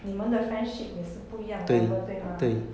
你们的 friendship 也是不一样 level 对吗